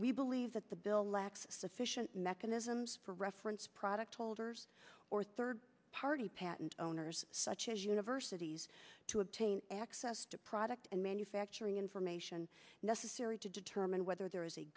we believe that the bill lacks sufficient mechanisms for reference product holders or third party patent owners such as universities to obtain access to product and manufacturing information necessary to determine whether there is a